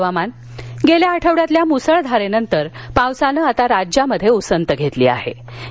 हवामान गेल्या आठवड्यातील मुसळघारेनंतर पावसानं याता राज्यात उसंत घेतली याहे